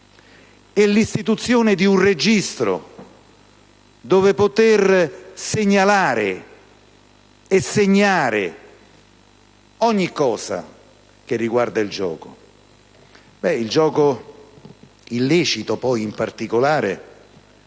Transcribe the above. e l'istituzione di un registro dove poter segnalare e segnare ogni cosa che riguarda il gioco. Il gioco illecito in particolare